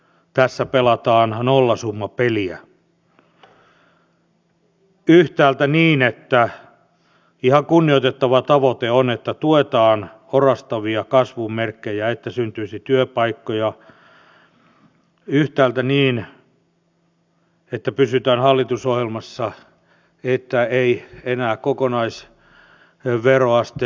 tässä pelataan nollasummapeliä yhtäältä niin että ihan kunnioitettava tavoite on että tuetaan orastavia kasvun merkkejä että syntyisi työpaikkoja ja yhtäältä niin että pysytään hallitusohjelmassa että ei enää kokonaisveroaste nousisi